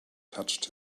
touched